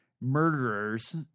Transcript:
murderers